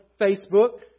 Facebook